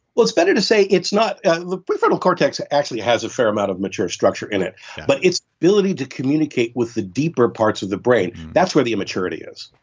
well, it's better to say it's not. ah the prefrontal cortex actually has a fair amount of mature structure in it but yeah, it's ability to communicate with the deeper parts of the brain, that's where the immaturity is.